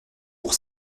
pour